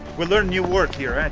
we learned new word here. and